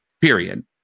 period